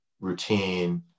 routine